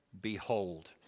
behold